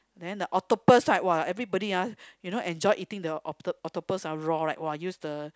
then the octopus right !wah! everybody ah you know enjoy eating the octo~ octopus raw right !wah! use the